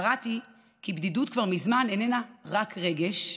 קראתי כי בדידות כבר מזמן איננה רק רגש,